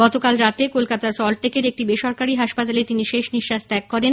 গতরাতে কলকাতার সল্টলেকের একটি বেসরকারি হাসপাতালে তিনি শেষ নিঃশ্বাস ত্যাগ করেন